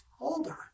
older